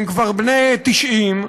כשהם כבר בני 90,